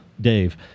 Dave